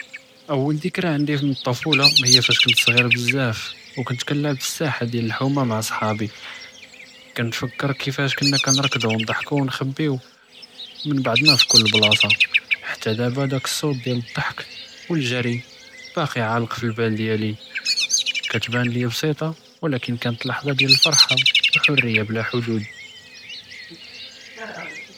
אול דִכּרא עדי פ־טְפולה פאש כנת סג'יר בזאף וכנת כִּנלعب פ־סאחת דיאל אלחומה מע צְחאבִי, כנתפכּר כיפאש כנא כנרקדו ונצחְקו וכִּנכּבּיו מן בעְדנא פ־כל בלאצַה, חתה דאבא הדאכּ סות דיאל דּחְכּ וּגְרי באקי עאלֶק פ־לבּאל דיאלי, כתבּאן לִיָא בסִיטה ולאכּן כאנת לַחְטַה דיאל אלפרחַה ואלחורִיה בּלא חודוד.